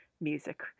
music